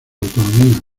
autonomía